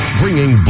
bringing